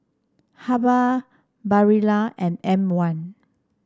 Habhal Barilla and M one